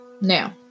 now